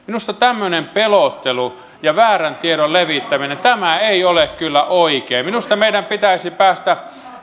minusta tämmöinen pelottelu ja väärän tiedon levittäminen ei ole kyllä oikein minusta meidän pitäisi päästä